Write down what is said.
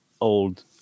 old